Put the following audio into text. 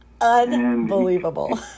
Unbelievable